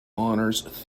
honours